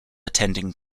attending